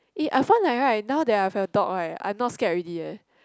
eh I find that right now that I have a dog right I not scared already eh